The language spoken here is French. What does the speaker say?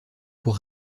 pour